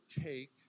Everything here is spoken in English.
take